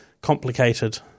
complicated